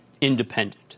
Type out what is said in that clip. independent